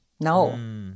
No